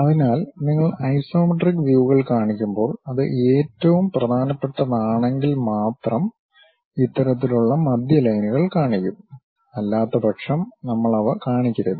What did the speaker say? അതിനാൽ നിങ്ങൾ ഐസോമെട്രിക് വ്യൂകൾ കാണിക്കുമ്പോൾ അത് ഏറ്റവും പ്രധാനപ്പെട്ടതാണെങ്കിൽ മാത്രം ഇത്തരത്തിലുള്ള മധ്യലൈനുകൾ കാണിക്കും അല്ലാത്തപക്ഷം നമ്മൾ അവ കാണിക്കരുത്